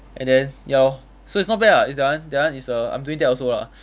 and then ya lor so it's not bad ah it's that one that one is a I'm doing that also lah